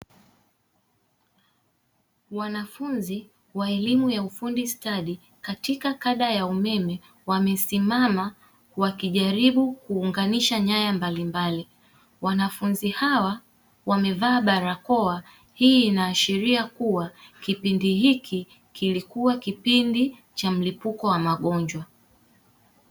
Wanafunzi wa elimu ya ufundi stadi katika kada ya umeme wamesimama wakijaribu kuunganisha nyaya mbalimbali wanafunzi hawa wamevaa barakoa hii inaashiria kuwa kipindi hiki kilikuwa kipindi cha mlipuko wa magonjwa.